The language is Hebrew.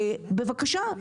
בבקשה,